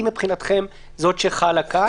היא מבחינתכם זאת שחלה כאן?